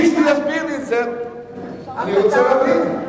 אם מישהו יסביר לי את זה, אני רוצה להבין.